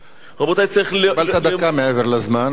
קיבלת דקה מעבר לזמן וזה מספיק.